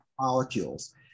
molecules